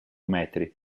metri